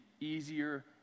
easier